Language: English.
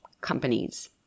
companies